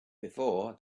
before